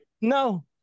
No